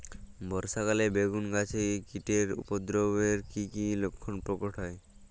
বর্ষা কালে বেগুন গাছে কীটের উপদ্রবে এর কী কী লক্ষণ প্রকট হয়?